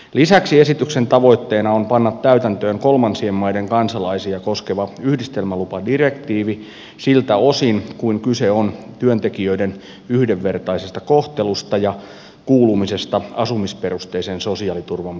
lisäksi esityksen tavoitteena on panna täytäntöön kolmansien maiden kansalaisia koskeva yhdistelmälupadirektiivi siltä osin kuin kyse on työntekijöiden yhdenvertaisesta kohtelusta ja kuulumisesta asumisperusteisen sosiaaliturvan piiriin